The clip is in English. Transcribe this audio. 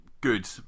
good